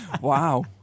Wow